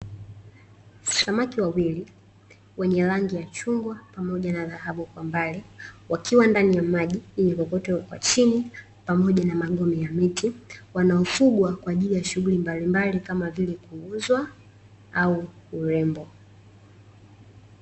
Samaki wawili wenye rangi ya chungwa pamoja na dhahabu kwa mbali, wakiwa ndani ya maji yenye kokoto kwa chini pamoja na magome ya miti, wanaofugwa kwa ajili ya shughuli mbalimbali kama vile kuuzwa, au kurembwa.